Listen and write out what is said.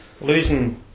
losing